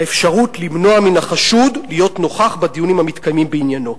האפשרות למנוע מן החשוד להיות נוכח בדיונים המתקיימים בעניינו.